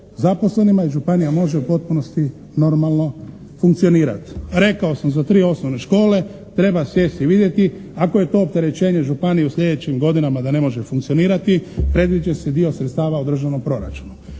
zaposlenima i županija može u potpunosti normalno funkcionirati. Rekao sam za 3 osnovne škole, treba sjesti i vidjeti. Ako je to opterećenje županije u sljedećim godinama da ne može funkcionirati … /Govornik se ne razumije./ … će se dio sredstava u Državnom proračunu.